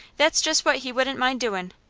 that's just what he wouldn't mind doin'.